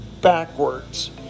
backwards